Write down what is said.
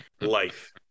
life